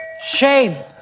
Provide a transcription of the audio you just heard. Shame